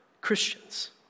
Christians